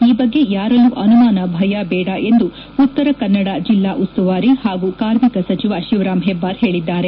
ಈ ಬಗ್ಗೆ ಯಾರಲ್ಲೂ ಅನುಮಾನ ಭಯ ಬೇಡ ಎಂದು ಉತ್ತರಕನ್ನಡ ಜಿಲ್ಲಾ ಉಸ್ತುವಾರಿ ಹಾಗೂ ಕಾರ್ಮಿಕ ಸಚಿವ ಶಿವರಾಂ ಹೆಬ್ಬಾರ್ ಹೇಳಿದ್ದಾರೆ